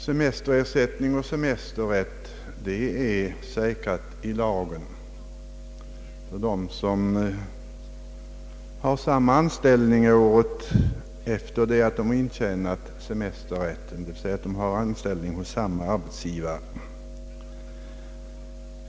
Semesterersättning och semesterrätt är säkrade i lagen för sådana som har samma anställning året efter det då de intjänade semesterrätten.